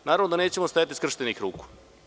Naravno, nećemo sedeti skrštenih ruku.